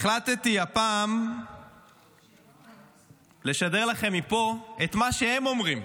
החלטתי הפעם לשדר לכם מפה את מה שהם אומרים,